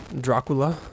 Dracula